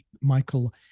Michael